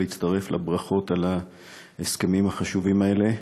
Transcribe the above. להצטרף לברכות על ההסכמים החשובים האלה.